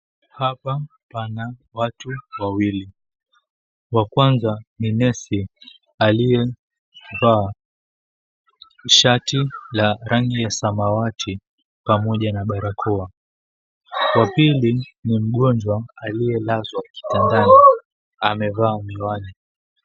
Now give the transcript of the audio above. Hapa pana watu wawili. Wa kwanza ni nesi, aliyevaa shati la rangi ya samawati, pamoja na barakoa. Wa pili ni mgonjwa aliyelazwa kitandani, amevaa miwani.